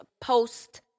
post